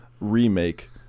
remake